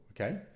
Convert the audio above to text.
okay